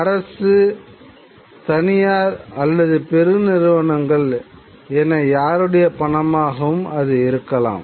அது அரசு தனியார் அல்லது பெருநிறுவனங்கள் என யாருடைய பணமாகவும் இருக்கலாம்